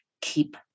Keep